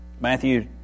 Matthew